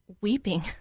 weeping